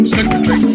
Secretary